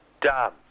done